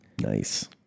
Nice